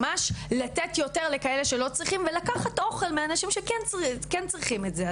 ממש לתת יותר לכאלה שלא צריכים ולקחת אוכל מאנשים שכן צריכים את זה.